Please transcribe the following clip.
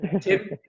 Tim